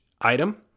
item